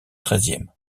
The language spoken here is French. treizième